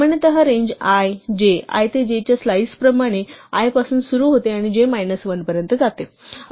सामान्यतः range i j i ते j च्या स्लाइसप्रमाणे i पासून सुरू होते आणि j मायनस 1 पर्यंत जाते